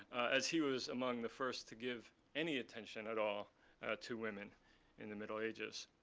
as he was among the first to give any attention at all to women in the middle ages.